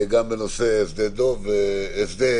גם בנושא שדה דב ואחרים.